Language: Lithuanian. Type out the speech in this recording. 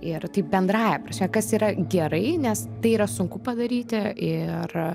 ir tai bendrąja prasme kas yra gerai nes tai yra sunku padaryti ir